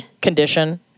condition